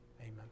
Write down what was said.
Amen